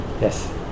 Yes